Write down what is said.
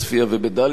אבל לא רק שם,